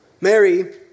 Mary